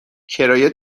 کرایه